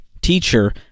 Teacher